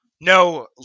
no